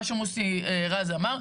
מה שמוסי רז אמר,